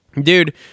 Dude